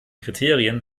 kriterien